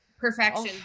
perfection